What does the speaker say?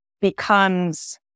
becomes